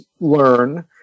learn